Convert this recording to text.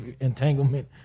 entanglement